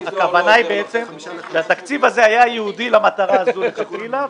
הכוונה היא בעצם שהתקציב הזה היה ייעודי למטרה זו מלכתחילה,